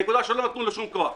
הנקודה היא שלא נתנו לו שום כוח.